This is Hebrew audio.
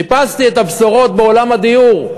חיפשתי את הבשורות בעולם הדיור.